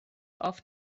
off